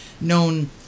known